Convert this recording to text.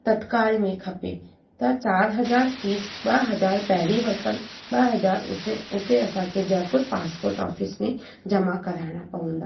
तत्काल में खपे त चारि हज़ार फ़ीस ॿ हज़ार पहिरीं वरतनि ॿ हज़ार उसे उते असांखे जयपुर पासपोट ओफ़िस में जमा कराइणा पवंदा